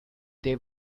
they